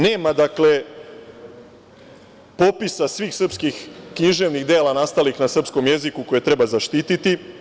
Nema, dakle, popisa svih srpskih književnih dela nastalih na srpskom jeziku koje treba zaštiti.